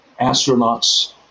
astronauts